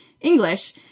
English